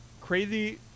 crazy